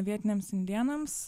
vietiniams indėnams